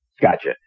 Gotcha